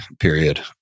period